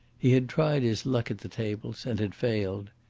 he had tried his luck at the tables and had failed.